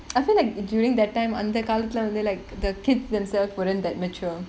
I feel like during that time அந்த காலத்துல வந்து:antha kaalathula vanthu like the kid themselves weren't that mature